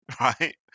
right